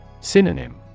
Synonym